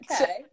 Okay